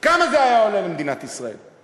כמה זה היה עולה למדינת ישראל?